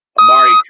Amari